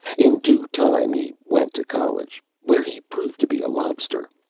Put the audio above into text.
in due time he went to college, where he proved to be a lobster.